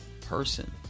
person